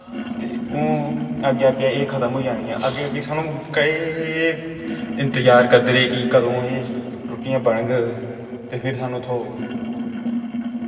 ते ओह् अग्गैं अग्गैं एह् खत्म होई जानी ऐ अग्गैं अग्गैं स्हानू केंई इंतजार करदे रेह् की कदूं एह् रुट्टियां बनग ते फिर स्हानू थ्होग